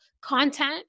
content